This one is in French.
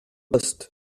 poste